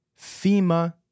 FEMA